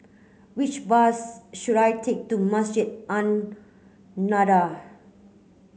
which bus should I take to Masjid An Nahdhah